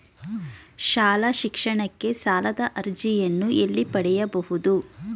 ಶಾಲಾ ಶಿಕ್ಷಣಕ್ಕೆ ಸಾಲದ ಅರ್ಜಿಯನ್ನು ಎಲ್ಲಿ ಪಡೆಯಬಹುದು?